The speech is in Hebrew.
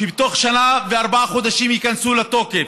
שבתוך שנה וארבעה חודשים ייכנסו לתוקף,